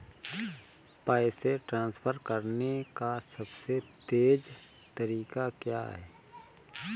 पैसे ट्रांसफर करने का सबसे तेज़ तरीका क्या है?